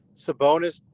Sabonis